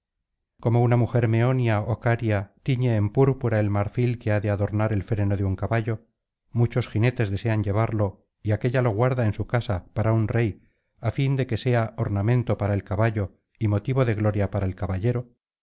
como una mujer meonia ó caria tiñe en púrpura el marfil que ha de adornar el freno de un caballo muchos jinetes desean llevarlo y aquélla lo guarda en su casa para un rey á fin de que sea ornamento para el caballo y motivo de gloria para el caballero